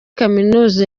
kaminuza